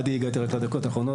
הגעתי רק לדקות האחרונות.